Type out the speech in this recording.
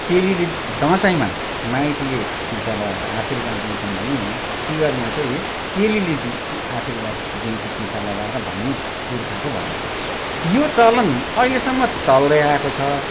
चेलीले दसैँमा माइतीले टिका लगाएर आशीर्वाद दिन्छन् भने तिहारमा चाहिँ चेलीले दिई दि आशीर्वाद दिन्छ टिका लगाएर भन्ने पुर्खाको भनाइ छ यो चलन अहिलेसम्म त चल्दैआएको छ